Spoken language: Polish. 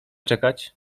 czekać